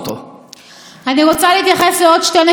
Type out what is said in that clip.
אני רוצה להתייחס לעוד שתי נקודות שהעליתן,